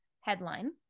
headline